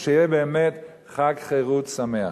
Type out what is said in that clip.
ושיהיה, באמת, חג חירות שמח.